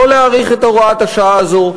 לא להאריך את תוקף הוראת השעה הזו.